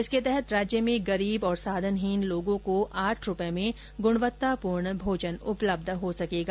इसके तहत राज्य में गरीब और साधनहीन लोगों को आठ रूपए में गुणवत्तापूर्ण भोजन उपलब्ध हो सकेगा